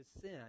sin